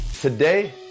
Today